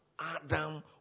Adam